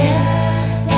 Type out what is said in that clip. Yes